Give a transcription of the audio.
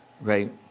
right